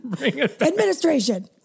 Administration